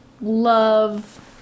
love